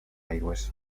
aigües